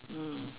mm